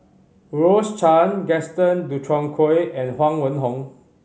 Rose Chan Gaston Dutronquoy and Huang Wenhong